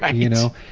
ah you know?